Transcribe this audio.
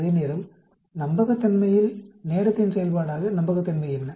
அதேநேரம் நம்பகத்தன்மையில் நேரத்தின் செயல்பாடாக நம்பகத்தன்மை என்ன